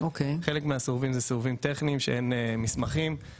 חלק מהסירובים הם סירובים טכניים משום שאין מסמכים.